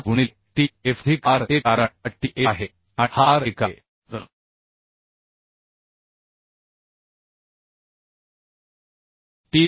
5 गुणिले T f अधिक r 1 कारण हा T f आहे आणि हा r 1 आहे